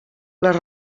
les